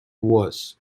was